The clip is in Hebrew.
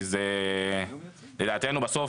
כי זה לדעתנו בסוף,